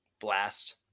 blast